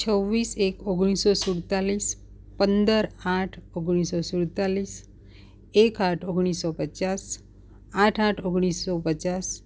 છવ્વીસ એક ઓગણીસો સુડતાલીસ પંદર આઠ ઓગણીસો સુડતાલીસ એક આઠ ઓગણીસો પચાસ આઠ આઠ ઓગણીસો પચાસ